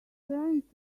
trying